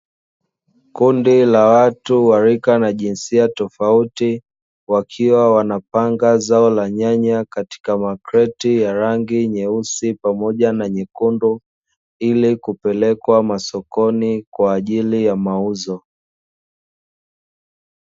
Kundi la watu wa rika na jinsia tofauti, wakiwa wanapanga zao la nyanya katika makreti ya rangi nyeusi pamoja na nyekundu, ili kupelekwa masokoni kwa ajili ya mauzo.